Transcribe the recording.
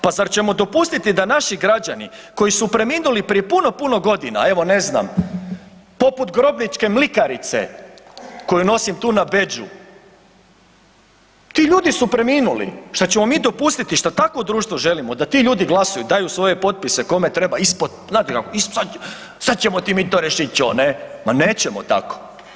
Pa zar ćemo dopustiti da naši građani koji su preminuli prije puno, puno godina, evo, ne znam, poput grobničke mlikarice koju nosim tu na bedžu, ti ljudi su preminuli, što ćemo mi dopustiti, što takvo društvo želimo, da ti ljudi glasuju, daju svoje potpise kome treba ispod, znate kako, sad ćemo ti mi to riješiti, ... ne, ma nećemo tako.